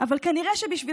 לכל